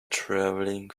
traveling